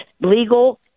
legal